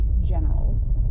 generals